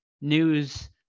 news